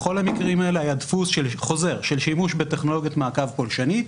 בכל המקרים האלה היה דפוס חוזר של שימוש בטכנולוגיית מעקב פולשנית,